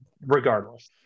regardless